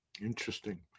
interesting